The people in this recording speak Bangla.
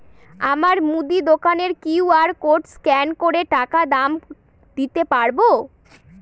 আমার মুদি দোকানের কিউ.আর কোড স্ক্যান করে টাকা দাম দিতে পারব?